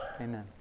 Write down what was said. amen